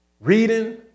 reading